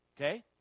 okay